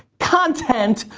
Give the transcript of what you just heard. content,